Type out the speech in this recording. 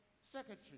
secretary